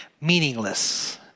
Meaningless